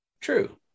true